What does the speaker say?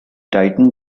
tightened